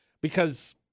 because-